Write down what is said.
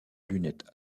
lunette